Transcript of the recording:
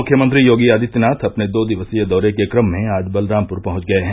मुख्यमंत्री योगी आदित्यनाथ अपने दो दिवसीय दौरे के क्रम में आज बलरामपुर पहुंच गये हैं